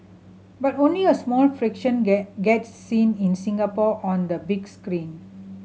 but only a small fraction get get seen in Singapore on the big screen